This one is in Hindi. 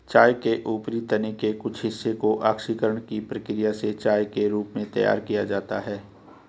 चाय के ऊपरी तने के कुछ हिस्से को ऑक्सीकरण की प्रक्रिया से चाय के रूप में तैयार किया जाता है